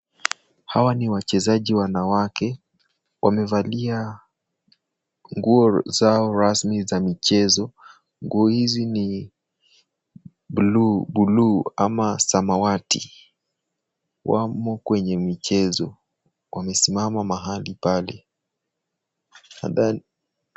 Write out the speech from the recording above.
Hawa ni wachezaji wanawake, wamevalia nguo zao rasmi za michezo, nguo hizi ni buluu ama samawati, wamo kwenye michezo wasemama mahali pale na dhani.